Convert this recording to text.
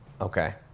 okay